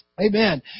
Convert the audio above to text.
Amen